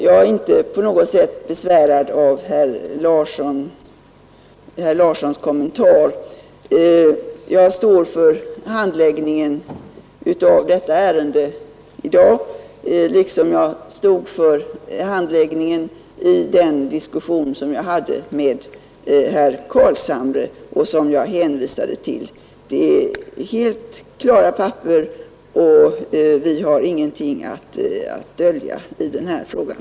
Jag är inte på något sätt besvärad av vad herr Larsson sade. Jag står för handläggningen av detta ärende i dag liksom jag stod för handläggningen vid den diskussion som jag hade med herr Carlshamre och som jag hänvisade till. Det är helt klara papper, och vi har ingenting att dölja i den här frågan.